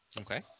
Okay